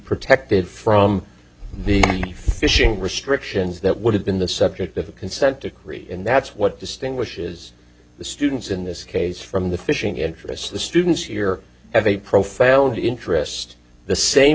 protected from the fishing restrictions that would have been the subject of a consent decree and that's what distinguishes the students in this case from the fishing interests the students here have a profound interest the same